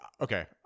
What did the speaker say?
Okay